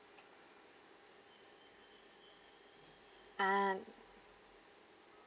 ah